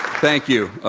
thank you.